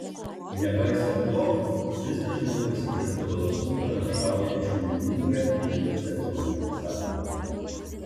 nepaisant to vis dažniau pasigirsta balsų pranašaujančių niūrią kinijos ekonomikos ateitį